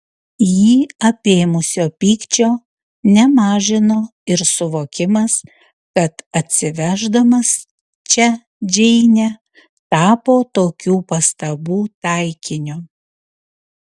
jį apėmusio pykčio nemažino ir suvokimas kad atsiveždamas čia džeinę tapo tokių pastabų taikiniu